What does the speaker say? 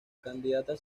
candidatas